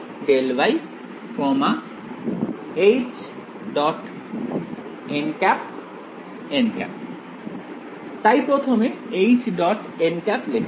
তাই প্রথমে · লেখা যাক